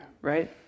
right